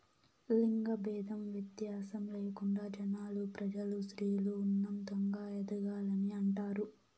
లింగ భేదం వ్యత్యాసం లేకుండా జనాలు ప్రజలు స్త్రీలు ఉన్నతంగా ఎదగాలని అంటారు